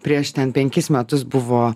prieš ten penkis metus buvo